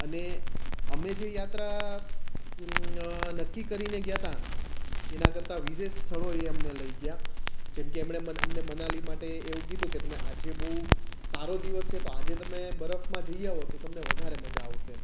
અને અમે જે યાત્રા નક્કી કરીને ગયા હતા એના કરતાં વિશેષ સ્થળોએ એ અમને લઈ ગયા જેમ કે એમણે અમને મનાલી માટે એવું કીધું કે તમે આજે બહુ સારો દિવસ છે આજે તમે બરફમાં જઈ આવો તો તમને વધારે મજા આવશે